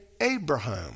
Abraham